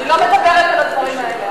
אני לא מדברת על הדברים האלה,